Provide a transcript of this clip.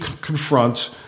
confront